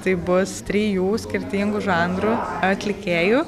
tai bus trijų skirtingų žanrų atlikėjų